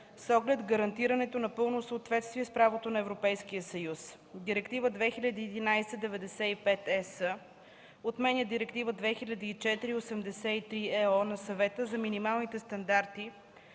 с оглед гарантирането на пълно съответствие с правото на Европейския съюз. Директива 2011/95/ЕС отменя Директива 2004/83/ЕО на Съвета за минималните стандарти